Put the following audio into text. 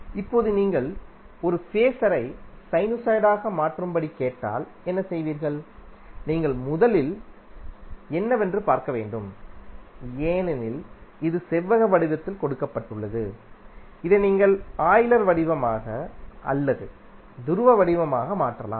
இப்போது நீங்கள் ஒரு ஃபேஸரை சைனுசாய்டாக மாற்றும்படி கேட்டால் என்ன செய்வீர்கள் நீங்கள் முதலில் செவ்வக என்னவென்று பார்க்க வேண்டும் ஏனெனில் இது செவ்வக வடிவத்தில் கொடுக்கப்பட்டுள்ளது இதை நீங்கள் ஆய்லர் வடிவமாக அல்லது துருவ வடிவமாக மாற்றலாம்